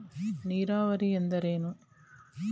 ನೀರಾವರಿ ಎಂದರೇನು?